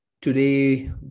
Today